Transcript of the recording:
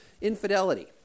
infidelity